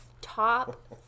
top